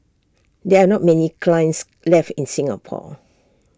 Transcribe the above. there are not many kilns left in Singapore